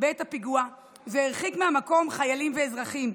בעת הפיגוע והרחיק מהמקום חיילים ואזרחים.